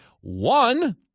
One